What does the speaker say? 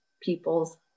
people's